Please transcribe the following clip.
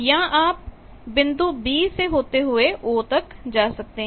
या आप बिंदु B से होते हुए O तक जा सकते हैं